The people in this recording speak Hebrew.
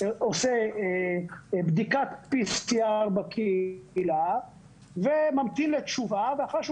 עושה בדיקת PCR בקהילה וממתין לתשובה ואחרי שהוא